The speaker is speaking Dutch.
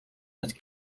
met